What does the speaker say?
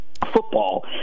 Football